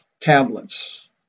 tablets